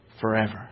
forever